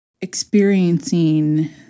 experiencing